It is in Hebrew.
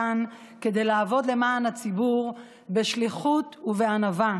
כאן כדי לעבוד למען הציבור בשליחות ובענווה.